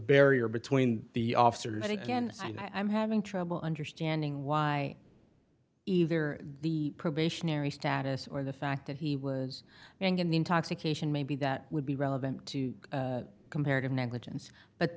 barrier between the officers and again i'm having trouble understanding why either the probationary status or the fact that he was in the intoxication maybe that would be relevant to comparative negligence but